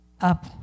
up